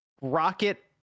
Rocket